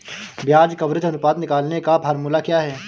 ब्याज कवरेज अनुपात निकालने का फॉर्मूला क्या है?